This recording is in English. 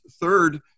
third